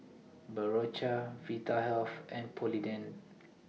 Berocca Vitahealth and Polident